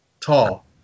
tall